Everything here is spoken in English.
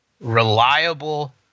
reliable